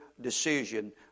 decision